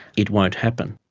it won't happen.